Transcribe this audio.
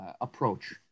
approach